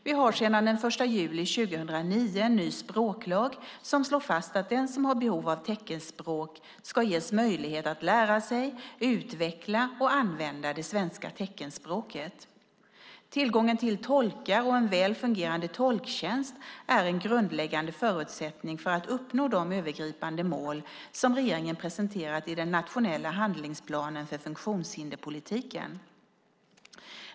Vi har sedan den 1 juli 2009 en ny språklag som slår fast att den som har behov av teckenspråk ska ges möjlighet att lära sig, utveckla och använda det svenska teckenspråket. Tillgången till tolkar och en väl fungerande tolktjänst är en grundläggande förutsättning för att uppnå de övergripande mål som regeringen presenterat i den nationella handlingsplanen för funktionshinderspolitiken.